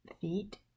feet